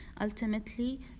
Ultimately